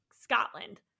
Scotland